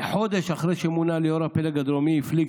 כחודש אחרי שמונה ליו"ר הפלג הדרומי הפליג